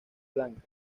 blancas